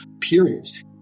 periods